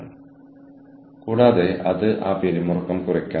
ഈ ഉപഭോക്താവ് ദീർഘകാലത്തേക്ക് എന്നോടൊപ്പം ഉണ്ടാകില്ല